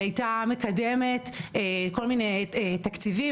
היא הייתה מקדמת כל מיני תקציבים,